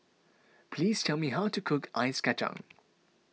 please tell me how to cook Ice Kachang